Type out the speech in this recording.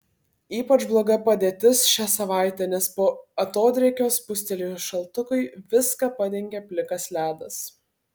ypač bloga padėtis šią savaitę nes po atodrėkio spustelėjus šaltukui viską padengė plikas ledas